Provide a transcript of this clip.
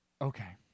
okay